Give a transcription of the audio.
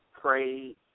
pray